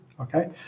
Okay